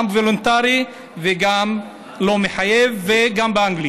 גם וולונטרי, גם לא מחייב וגם באנגלית.